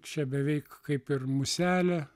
čia beveik kaip ir muselė